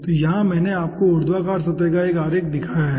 तो यहाँ मैंने आपको ऊर्ध्वाधर सतह का एक आरेख दिखाया है